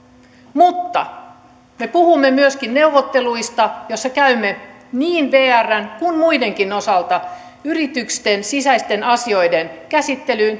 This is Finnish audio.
mutta me puhumme myöskin neuvotteluista joissa käymme niin vrn kuin muidenkin osalta yritysten sisäisten asioiden käsittelyyn